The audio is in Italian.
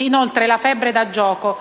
Inoltre, la febbre da gioco